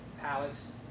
pallets